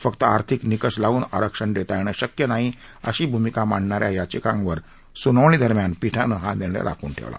फक्त आर्थिक निकष लावून आरक्षण देता येणं शक्य नाही अशी भूमिका मांडणा या याचिकावर सुनावणी दरम्यान पीठानं हा निर्णय राखून ठेवला